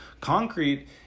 Concrete